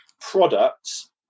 products